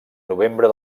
novembre